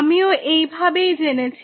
আমিও এই ভাবেই জেনেছি